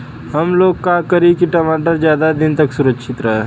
हमलोग का करी की टमाटर ज्यादा दिन तक सुरक्षित रही?